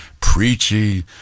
preachy